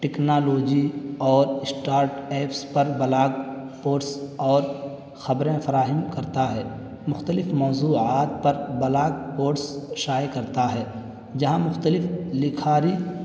technology اور start ups پر blog post اور خبریں فراہم کرتا ہے مختلف موضوعات پر بلاگ پوسٹس شائع کرتا ہے جہاں مختلف لکھاری